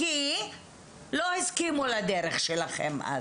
כי לא הסכימו לדרך שלכם אז.